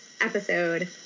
episode